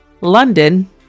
London